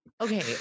okay